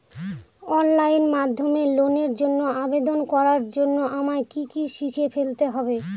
Online মাধ্যমে লোনের জন্য আবেদন করার জন্য আমায় কি কি শিখে ফেলতে হবে?